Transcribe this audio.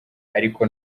ariko